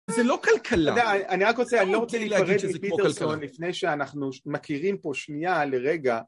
זה לא כלכלה, אני רק רוצה להגיד שזה כמו כלכלה. לפני שאנחנו מכירים פה שנייה לרגע.